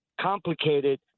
complicated